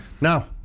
Now